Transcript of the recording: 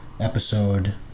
episode